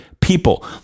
people